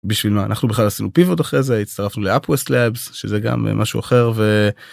בשביל מה אנחנו בכלל עשינו פיבוט אחרי זה הצטרפנו לאפוס לאבס שזה גם משהו אחר ו...